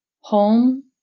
Home